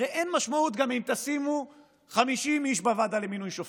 הרי אין משמעות גם אם תשימו 50 איש בוועדה למינוי שופטים,